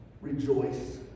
rejoice